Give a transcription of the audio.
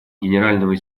генерального